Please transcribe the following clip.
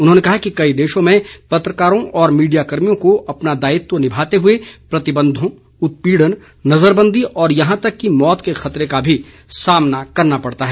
उन्होंने कहा कि कई देशों में पत्रकारों और मीडियाकर्मियों को अपना दायित्व निभाते हुए प्रतिबंधों उत्पीड़न नजरबंदी और यहां तक की मौत के खतरे का भी सामना करना पड़ता है